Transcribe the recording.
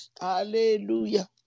Hallelujah